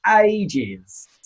ages